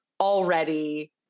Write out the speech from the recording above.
already